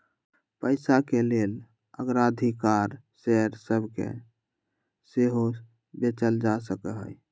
पइसाके लेल अग्राधिकार शेयर सभके सेहो बेचल जा सकहइ